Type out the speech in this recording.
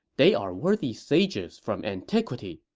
they are worthy sages from antiquity.